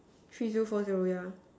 three zero four zero yeah